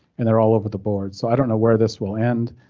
and they're all over the board, so i don't know where this will end.